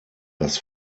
das